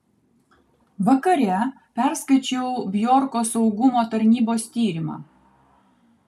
vakare perskaičiau bjorko saugumo tarnybos tyrimą